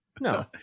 No